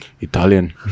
Italian